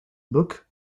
book